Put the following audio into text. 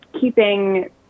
keeping